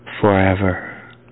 forever